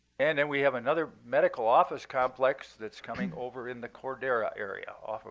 and then we have another medical office complex that's coming over in the cordero area, off